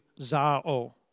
za'o